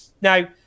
Now